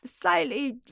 slightly